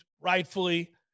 rightfully